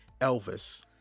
elvis